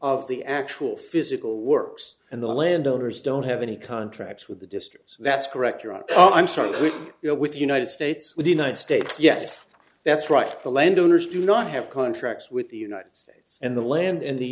of the actual physical works and the landowners don't have any contracts with the district that's correct your honor i'm sorry we deal with united states with united states yes that's right the landowners do not have contracts with the united states and the land and the